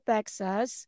Texas